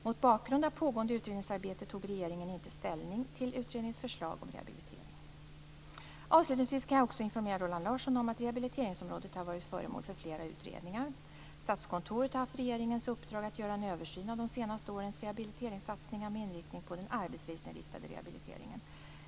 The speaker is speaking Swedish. Mot bakgrund av pågående utredningsarbete tog regeringen inte ställning till utredningens förslag om rehabilitering. Avslutningsvis kan jag också informera Roland Larsson om att rehabiliteringsområdet har varit föremål för flera utredningar. Statskontoret har haft regeringens uppdrag att göra en översyn av de senaste årens rehabiliteringssatsningar med inriktning på den arbetslivsinriktade rehabiliteringen.